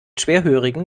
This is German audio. schwerhörigen